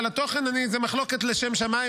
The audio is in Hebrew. התוכן זו מחלוקת לשם שמיים,